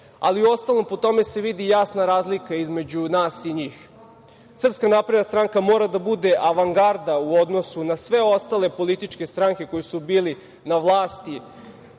Ali, uostalom, po tome se vidi jasna razlika između nas i njih. Srpska napredna stranka mora da bude avangarda u odnosu na sve ostale političke stranke koje su bile na vlasti